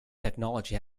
technology